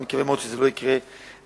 אני מקווה מאוד שזה לא יקרה בעתיד.